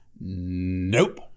Nope